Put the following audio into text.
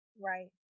Right